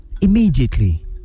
immediately